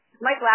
Mike